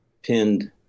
pinned